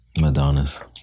Madonna's